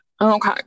Okay